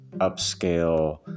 upscale